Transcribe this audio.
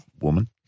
woman